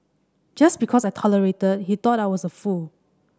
just because I tolerated he thought I was a fool